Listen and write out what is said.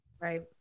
right